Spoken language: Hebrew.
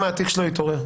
שמא התיק שלו יתעורר.